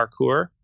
Parkour